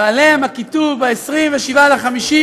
ועליהן הכיתוב: "27.5,